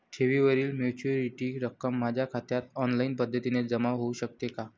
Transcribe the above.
ठेवीवरील मॅच्युरिटीची रक्कम माझ्या खात्यात ऑनलाईन पद्धतीने जमा होऊ शकते का?